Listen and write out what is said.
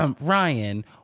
Ryan